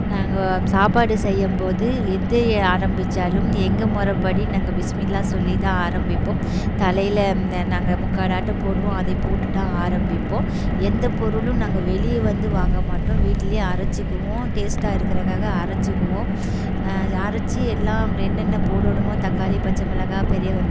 நாங்கள் சாப்பாடு செய்யும்போது எது ஆரம்பித்தாலும் எங்கள் முறப்படி நாங்கள் பிஸ்மில்லா சொல்லிதான் ஆரம்பிப்போம் தலையில் இந்த நாங்கள் முக்காடாட்டம் போடுவோம் அதைப் போட்டுதான் ஆரம்பிப்போம் எந்த பொருளும் நாங்கள் வெளியே வந்து வாங்க மாட்டோம் வீட்டிலேயே அரைச்சிக்குவோம் டேஸ்ட்டாக இருக்கிறக்காக அரைச்சிக்குவோம் அரைச்சி எல்லாம் என்னென்ன போடணுமோ தக்காளி பச்சை மிளகாய் பெரிய வெ